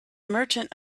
merchant